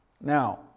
now